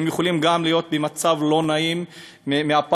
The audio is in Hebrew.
הם גם יכולים להיות במצב לא נעים מהפחד.